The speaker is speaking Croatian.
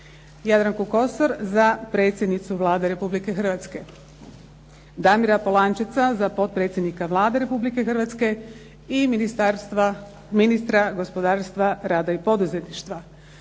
JADRANKU KOSOR za predsjednicu Vlade Republike Hrvatske, DAMIRA POLANČECA za potpredsjednika Vlade Republike Hrvatske i ministara gospodarstva, rada i poduzetništva,